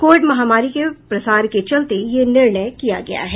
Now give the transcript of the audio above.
Covid महामारी के प्रसार के चलते यह निर्णय किया गया है